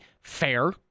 fair